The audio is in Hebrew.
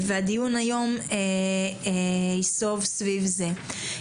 הדיון היום ייסוב סביב זה.